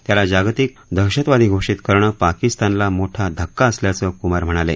त्याला जागतिक दहशतवादी घोषित करणं पाकिस्तानला मोठा धक्का असल्याचं कुमार म्हणाले